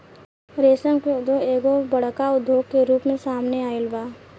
रेशम के उद्योग एगो बड़का उद्योग के रूप में सामने आइल बा